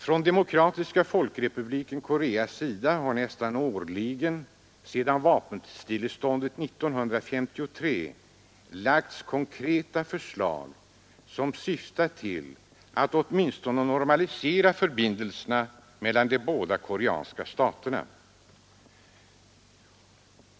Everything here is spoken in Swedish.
Från Demokratiska folkrepubliken Koreas sida har nästan årligen, sedan vapenstilleståndet 1953, framlagts konkreta förslag, som syftat till att åtminstone normalisera förbindelserna mellan de båda koreanska staterna.